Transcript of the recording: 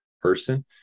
person